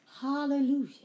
Hallelujah